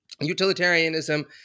utilitarianism